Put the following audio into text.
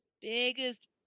biggest